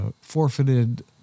forfeited